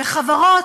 וחברות,